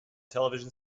television